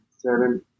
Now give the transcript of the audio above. seven